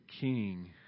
King